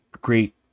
great